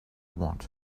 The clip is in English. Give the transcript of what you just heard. want